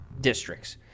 districts